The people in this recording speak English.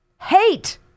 hate